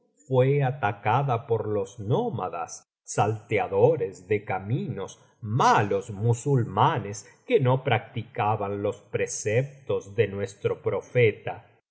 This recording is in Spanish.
fué atacada por los nómadas salteadores de caminos malos musulmanes que no practicaban los preceptos de nuestro profeta